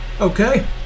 Okay